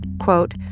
quote